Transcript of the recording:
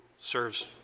serves